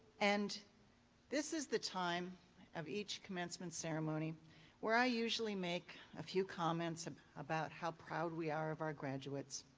and this is the time of each commencement ceremony where i usually make a few comments about how proud we are of our graduates,